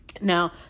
Now